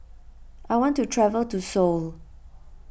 I want to travel to Seoul